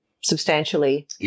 substantially